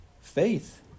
Faith